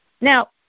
Now